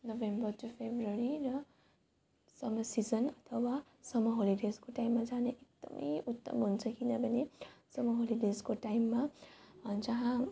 November to February र summer season अथवा summer होलिडेजको टाइममा जाने एकदम उत्तम हुन्छ किनभने सम्मर होलिडेजको टाइममा जहाँ